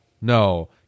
no